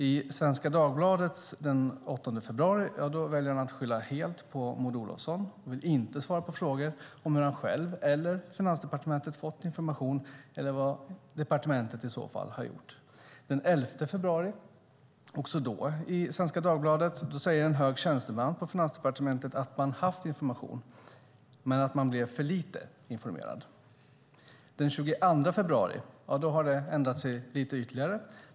I Svenska Dagbladet den 8 februari väljer han att skylla helt på Maud Olofsson och vill inte svara på frågor om hur han själv eller Finansdepartementet fått information eller vad departementet i så fall har gjort. Den 11 februari, också då i Svenska Dagbladet, säger en hög tjänsteman på Finansdepartementet att man haft information men att man blev för lite informerad. Den 22 februari har det ändrat sig lite ytterligare.